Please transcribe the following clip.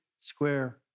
square